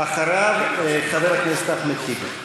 חבר הכנסת עמר בר-לב,